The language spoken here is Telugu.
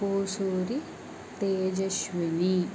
కోసూరి తేజస్విని